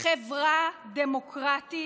חברה לא דמוקרטית